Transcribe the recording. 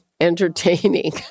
entertaining